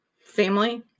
family